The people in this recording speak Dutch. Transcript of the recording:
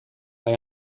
bij